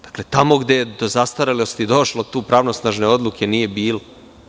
Dakle, tamo gde je do zastarelosti došlo, tu pravosnažne odluke nije bilo.